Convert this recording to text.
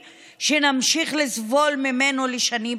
עינינו.